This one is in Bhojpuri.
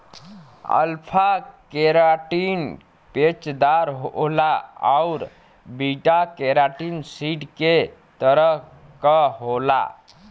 अल्फा केराटिन पेचदार होला आउर बीटा केराटिन सीट के तरह क होला